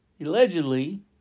allegedly